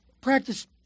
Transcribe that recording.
practice